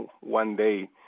one-day